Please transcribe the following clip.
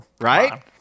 Right